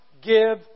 give